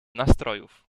nastrojów